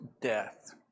death